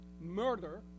murder